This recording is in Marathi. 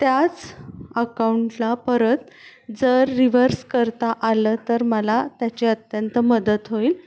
त्याच अकाऊंटला परत जर रिव्हर्स करता आलं तर मला त्याची अत्यंत मदत होईल